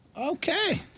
okay